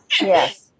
Yes